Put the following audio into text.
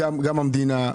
גם המדינה,